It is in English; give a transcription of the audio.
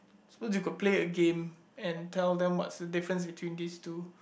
so you could play a game and tell them what's the difference between these two